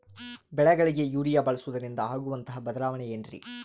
ಬೆಳೆಗಳಿಗೆ ಯೂರಿಯಾ ಬಳಸುವುದರಿಂದ ಆಗುವಂತಹ ಬದಲಾವಣೆ ಏನ್ರಿ?